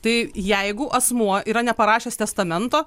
tai jeigu asmuo yra neparašęs testamento